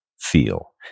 feel